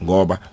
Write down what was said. Goba